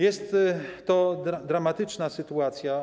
Jest to dramatyczna sytuacja.